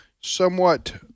somewhat